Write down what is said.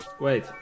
wait